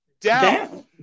down